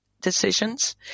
decisions